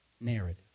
narrative